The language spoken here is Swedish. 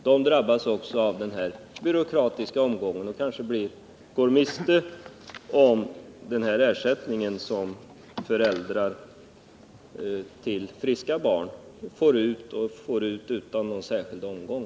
De drabbas också av den här byråkratiska omgången och går kanske miste om denna ersättning som föräldrar till friska barn får utan någon särskild omgång.